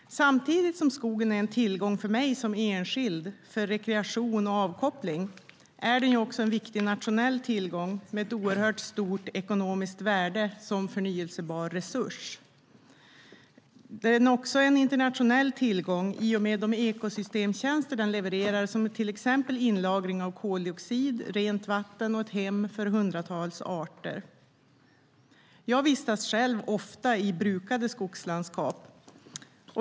Samtidigt som skogen är en tillgång för mig som enskild för rekreation och avkoppling är den också en nationell tillgång med ett oerhört stort ekonomiskt värde som förnybar resurs. Den är också en internationell tillgång i och med de ekosystemtjänster den levererar, till exempel inlagring av koldioxid, rent vatten och ett hem för hundratals arter. Jag vistas ofta i brukade skogslandskap.